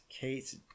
Kate